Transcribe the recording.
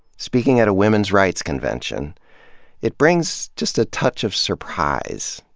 speaking at a women's rights convention it brings just a touch of surprise.